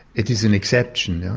it is an exception.